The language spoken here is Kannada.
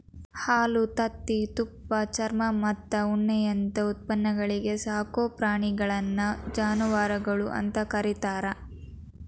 ಹಾಲು, ತತ್ತಿ, ತುಪ್ಪ, ಚರ್ಮಮತ್ತ ಉಣ್ಣಿಯಂತ ಉತ್ಪನ್ನಗಳಿಗೆ ಸಾಕೋ ಪ್ರಾಣಿಗಳನ್ನ ಜಾನವಾರಗಳು ಅಂತ ಕರೇತಾರ